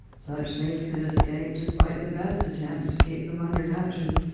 such things can escape despite the best attempts to keep them under hatches,